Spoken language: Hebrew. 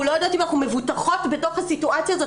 לא יודעות אם אנחנו מבוטחות בתוך הסיטואציה הזאת,